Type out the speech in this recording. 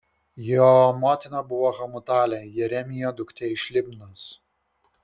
jo motina buvo hamutalė jeremijo duktė iš libnos